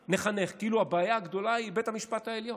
נחנך, כאילו הבעיה הגדולה היא בית המשפט העליון.